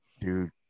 dude